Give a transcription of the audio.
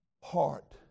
heart